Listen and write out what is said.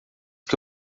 que